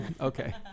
okay